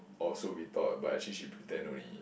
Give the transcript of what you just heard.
or so we thought but actually she pretend only